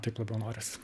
taip labiau noris